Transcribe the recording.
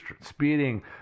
speeding